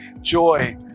joy